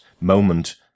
moment